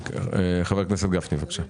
חבר הכנסת גפני, בבקשה.